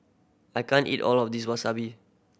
I can't eat all of this Wasabi